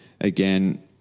again